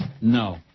No